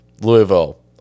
Louisville